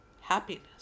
happiness